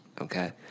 okay